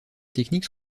techniques